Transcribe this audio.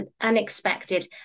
unexpected